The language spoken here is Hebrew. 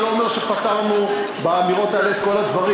אני לא אומר שפתרנו באמירות האלה את כל הדברים.